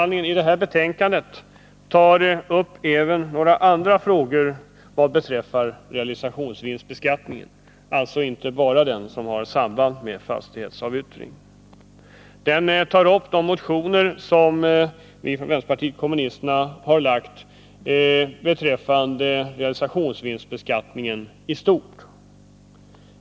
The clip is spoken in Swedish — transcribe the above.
Det här betänkandet tar även upp några andra frågor vad beträffar realisationsvinstbeskattning, alltså inte bara den som har samband med fastighetsavyttring. Det tar upp de motioner som vi från vänsterpartiet kommunisterna har lagt fram beträffande realisationsvinstbeskattningen i stort.